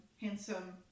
handsome